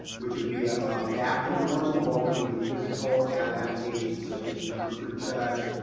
which would be a ah back to normal opening with physical adaptations, such as temperature checks,